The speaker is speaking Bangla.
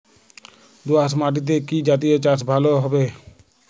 দোয়াশ মাটিতে কি জাতীয় চাষ ভালো হবে?